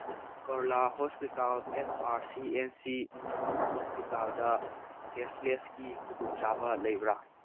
ꯀꯂꯔꯥ hospital S R C N C ꯍꯣꯁꯄꯤꯇꯥꯜꯗ ꯀꯦꯁꯂꯦꯁꯀꯤ ꯈꯨꯗꯣꯡꯆꯥꯕ ꯂꯩꯕ꯭ꯔꯥ